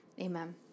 Amen